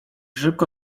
szybko